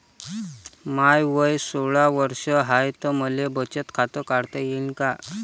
माय वय सोळा वर्ष हाय त मले बचत खात काढता येईन का?